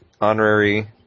Honorary